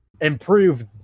improve